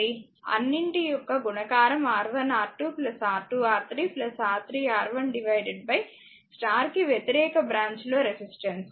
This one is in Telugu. అన్నింటి యొక్క గుణకారం R1R2 R2R3 R3R1 స్టార్ కి వ్యతిరేక బ్రాంచ్ లో రెసిస్టెన్స్